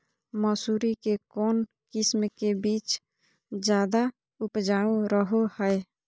मसूरी के कौन किस्म के बीच ज्यादा उपजाऊ रहो हय?